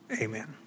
amen